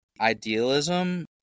Idealism